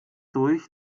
durch